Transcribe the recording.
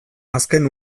azken